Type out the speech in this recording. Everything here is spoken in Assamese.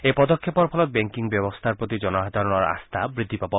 এই পদক্ষেপৰ ফলত বেংকিং ব্যৱস্থাৰ প্ৰতি জনসাধাৰণৰ আস্থা বৃদ্ধি পাব